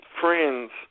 friends